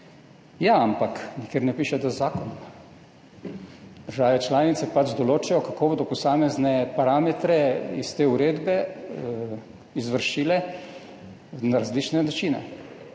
Ja, ampak nikjer ne piše, da zakon. Države članice pač določajo, kako bodo izvršile posamezne parametre iz te uredbe na različne načine,